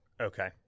Okay